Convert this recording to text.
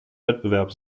wettbewerb